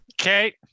Okay